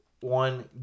One